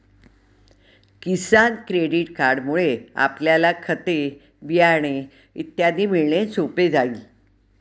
किसान credit कार्डमुळे आपल्याला खते, बियाणे इत्यादी मिळणे सोपे होईल